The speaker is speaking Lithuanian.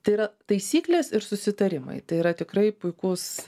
tai yra taisyklės ir susitarimai tai yra tikrai puikus